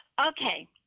Okay